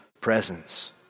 presence